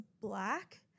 black